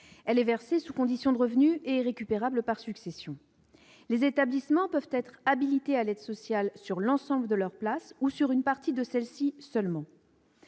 Elle est versée sous condition de revenus et est récupérable sur succession. Les établissements peuvent être habilités à recevoir l'aide sociale pour l'ensemble de leurs places ou pour une partie seulement